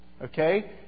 Okay